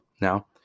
now